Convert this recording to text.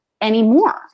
anymore